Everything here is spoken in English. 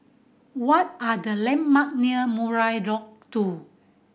what are the landmark near Murai Lodge Two